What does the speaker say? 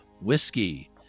Whiskey